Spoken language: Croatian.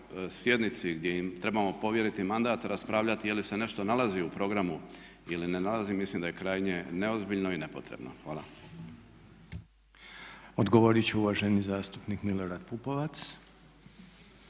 sjednici gdje im trebamo povjeriti mandat raspravljati je li se nešto nalazi u programu ili ne nalazi mislim da je krajnje neozbiljno i nepotrebno. Hvala. **Reiner, Željko (HDZ)** Odgovorit će uvaženi zastupnik Milorad Pupovac.